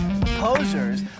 Posers